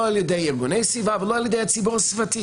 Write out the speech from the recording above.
לא על ידי ארגוני סביבה ולא על ידי הציבור הסביבתי,